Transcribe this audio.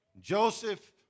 Joseph